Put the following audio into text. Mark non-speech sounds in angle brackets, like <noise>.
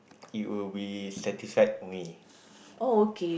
it will be satisfied for me <breath>